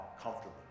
comfortable